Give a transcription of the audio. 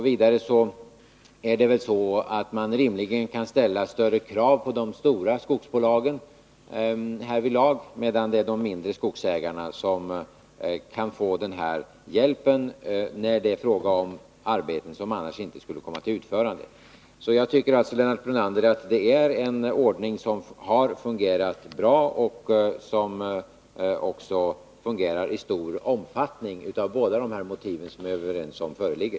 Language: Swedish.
Vidare kan man rimligen ställa större krav på de stora skogsbolagen härvidlag än på de mindre skogsägarna som kan få den här hjälpen när det är fråga om arbeten som annars inte skulle komma till utförande. Jag tycker, Lennart Brunander, att det är en ordning som har fungerat bra. Verksamheten har också en stor omfattning — av båda de motiv som vi är överens om föreligger.